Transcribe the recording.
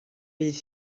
fydd